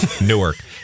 Newark